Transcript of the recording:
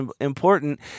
important